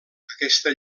aquesta